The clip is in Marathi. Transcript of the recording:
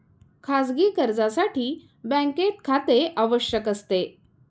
खाजगी कर्जासाठी बँकेत खाते आवश्यक असते